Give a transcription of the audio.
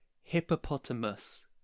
hippopotamus